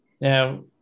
Now